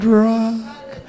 rock